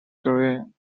green